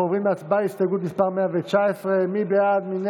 בעד, 50,